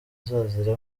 azazira